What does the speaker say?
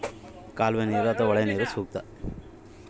ಕಬ್ಬಿಗೆ ಯಾವ ನೇರಾವರಿ ಸೂಕ್ತ?